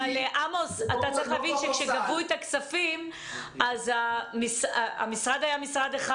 אבל כשגבו את הכספים המשרד היה משרד אחד